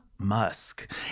Musk